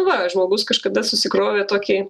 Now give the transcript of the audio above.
va žmogus kažkada susikrovė tokį